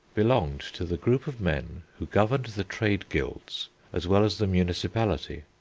belonged to the group of men who governed the trade guilds as well as the municipality.